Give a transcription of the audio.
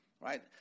right